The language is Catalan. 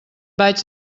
vaig